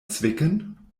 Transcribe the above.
zwicken